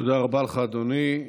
תודה רבה לך, אדוני.